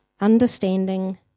understanding